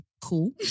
cool